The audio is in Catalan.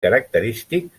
característic